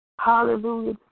Hallelujah